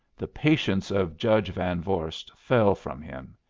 the patience of judge van vorst fell from him.